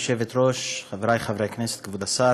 גברתי היושבת-ראש, חברי חברי הכנסת, כבוד השר,